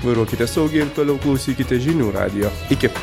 vairuokite saugiai ir toliau klausykitės žinių radijo iki